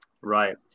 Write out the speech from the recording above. right